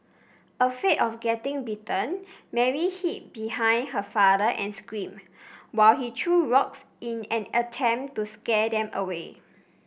afraid of getting bitten Mary hid behind her father and screamed while he threw rocks in an attempt to scare them away